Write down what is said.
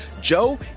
Joe